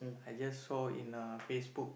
I just saw in uh Facebook